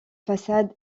façade